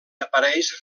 apareix